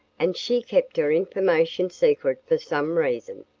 and she kept her information secret for some reason.